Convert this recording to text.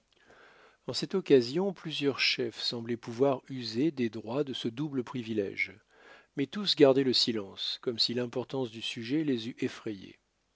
en cette occasion plusieurs chefs semblaient pouvoir user des droits de ce double privilège mais tous gardaient le silence comme si l'importance du sujet les eût effrayés